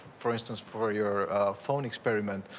for instance, for your phone experiment,